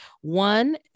one